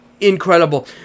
Incredible